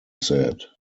said